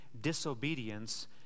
disobedience